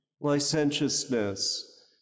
licentiousness